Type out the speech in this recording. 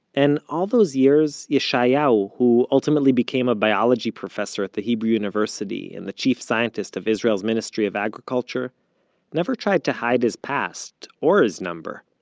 and all those years, yeshayahu ultimately became a biology professor at the hebrew university, and the chief scientist of israel's ministry of agriculture never tried to hide his past, or his number